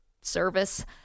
Service